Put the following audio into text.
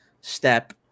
step